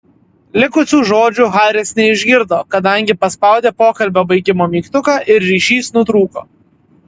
likusių žodžių haris neišgirdo kadangi paspaudė pokalbio baigimo mygtuką ir ryšys nutrūko